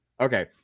Okay